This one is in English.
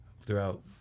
throughout